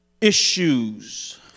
issues